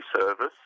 service